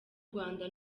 rwanda